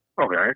Okay